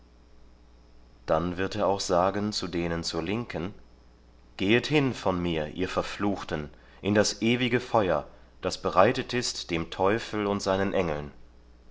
dann wird er auch sagen zu denen zur linken gehet hin von mir ihr verfluchten in das ewige feuer das bereitet ist dem teufel und seinen engeln